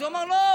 אז הוא אמר: לא,